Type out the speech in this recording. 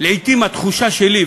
לעתים התחושה שלי,